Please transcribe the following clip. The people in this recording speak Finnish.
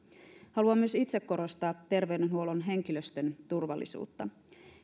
haluan myös itse korostaa terveydenhuollon henkilöstön turvallisuutta